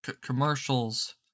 commercials